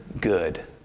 good